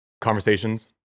Conversations